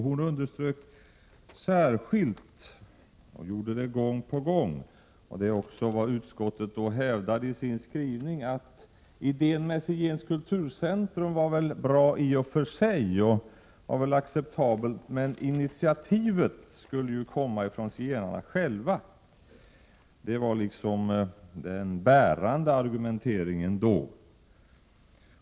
Hon underströk då gång på gång, vilket utskottet också hävdade i sin skrivning, att idén med ett zigenskt kulturcentrum var bra i och för sig men att initiativet skulle komma från zigenarna själva. Det var den bärande argumenteringen då.